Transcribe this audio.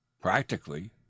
Practically